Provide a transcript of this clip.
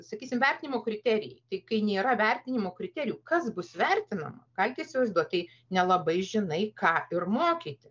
sakysim vertinimo kriterijai tik kai nėra vertinimo kriterijų kas bus vertinama galit įsivaizduot tai nelabai žinai ką ir mokyti